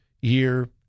year